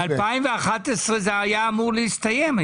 2011 היה אמור להסתיים.